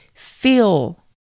Feel